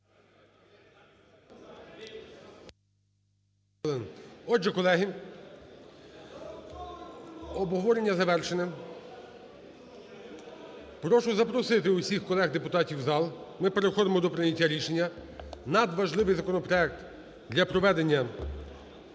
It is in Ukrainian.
Отже, колеги, обговорення завершено. Прошу запросити всіх колег депутатів в зал. Ми переходимо до прийняття рішення. Надважливий законопроект для проведення